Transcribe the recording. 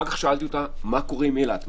אחר כך שאלתי אותה מה קורה עם אילת,